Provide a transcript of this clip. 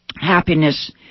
Happiness